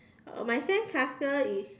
uh my sandcastle is